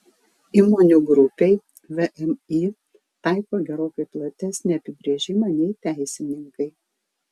įmonių grupei vmi taiko gerokai platesnį apibrėžimą nei teisininkai